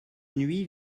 nuit